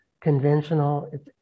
conventional